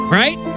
right